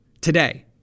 Today